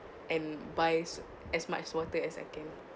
and buys as much water as I can